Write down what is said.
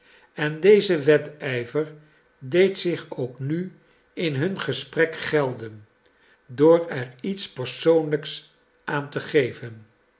en deze wedijver deed zich ook nu in hun gesprek gelden door er iets persoonlijks aan te geven